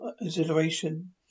exhilaration